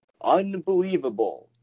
unbelievable